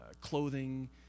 clothing